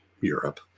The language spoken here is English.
Europe